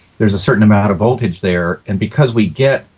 there's a certain amount of voltage there. and because we get,